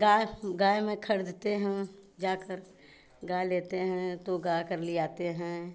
गाय गाय मैं खरीदती हूँ जाकर गाय लेते हैं तो गाकर लियाते हैं